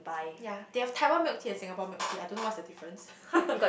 ya they have Taiwan milk tea and Singapore milk tea I don't know what's the difference